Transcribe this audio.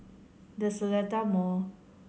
The Seletar Mall